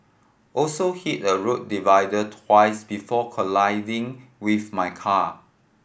also hit a road divider twice before colliding with my car